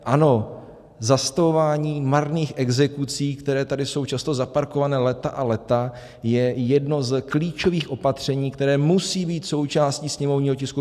Ano, zastavování marných exekucí, které tady jsou často zaparkované léta a léta, je jedno z klíčových opatření, která musí být součástí sněmovního tisku 545.